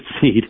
seed